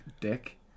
dick